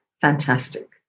Fantastic